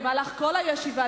במהלך כל הישיבה,